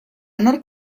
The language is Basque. nork